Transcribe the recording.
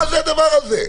מה זה הדבר הזה?